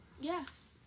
Yes